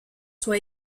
soit